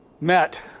met